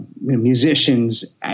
musicians